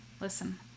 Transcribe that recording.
Listen